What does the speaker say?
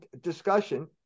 discussion